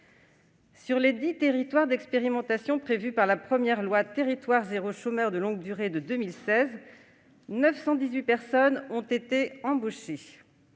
Sur les dix territoires d'expérimentation prévus par la première loi relative aux « territoires zéro chômeur de longue durée » de 2016, 918 personnes ont été embauchées.